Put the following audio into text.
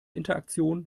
interaktion